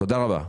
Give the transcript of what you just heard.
תודה רבה.